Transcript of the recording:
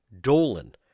dolan